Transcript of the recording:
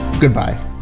goodbye